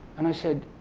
and i said,